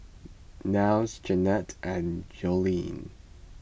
Niles Jannette and Joleen